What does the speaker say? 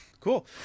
Cool